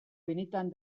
benetan